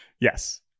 Yes